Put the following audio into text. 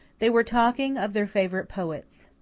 they were talking of their favourite poets.